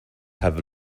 have